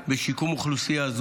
ושפרעם.